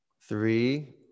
three